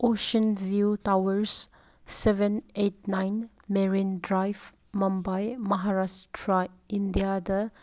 ocean view towers seven eight nine marine drive Mumbai Maharashtra ꯏꯟꯗꯤꯌꯥꯗ